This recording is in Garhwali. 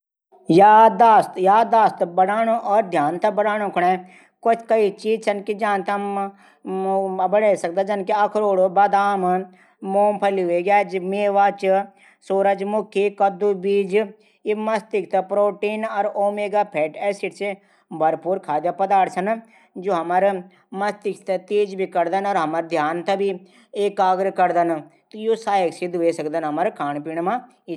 याददाश्त बढाणू ध्यान थै बढाणू कू ने कई चीज छन की ज्यां से हम ध्यान बढे सकदा जनकि अखरोट बदाम मुंगफली हवेग्या मेवा च सूरजमुखी कद्दू बीज ई मस्तिष्क थै प्रोटीन और ओमेगाफैट दिःदन। ई भरपूर खाद्य पदार्थ छन जू मस्तिष्क थै तेज भी करदन ध्यान थै भी एकाग्र करदन।